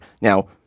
Now